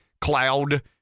cloud